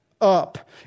up